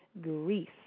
Greece